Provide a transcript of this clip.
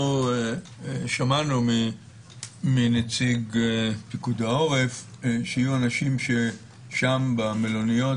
שמענו מנציג פיקוד העורף שיהיו אנשים שם במלוניות,